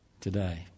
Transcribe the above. today